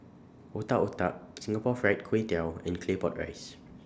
Otak Otak Singapore Fried Kway Tiao and Claypot Rice